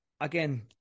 again